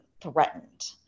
threatened